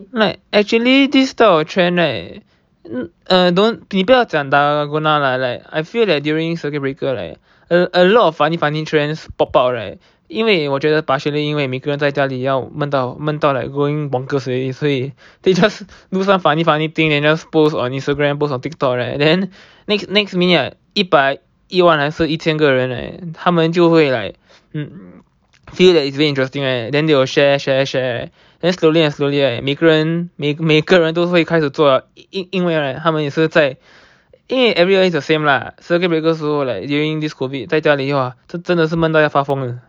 like actually this type of trend right err don't 你不要讲 dalgona lah like I feel that during circuit breaker like a a lot of funny funny trends pop up right 因为我觉得 partially 因为每个人在家里要闷到闷 like going bonkers already 所以 they just do some funny funny thing then just post on Instagram post on Tiktok right and then next next minute like 一百一万还是一千个人 right 他们就会 like feel that it's really interesting right then they will share share share then slowly and slowly right 每个人每个人都会开始做因为 right 他们也是在因为 everyone is the same lah circuit breaker 的时候 during this COVID 在家里的话真的是闷到都要发疯